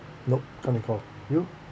nope can't recall you